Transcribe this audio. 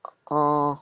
oh